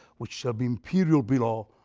which shall be imperial below,